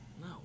No